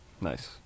Nice